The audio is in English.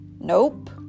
Nope